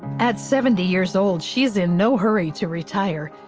at seventy years old, she's in no hurry to retire.